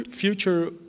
future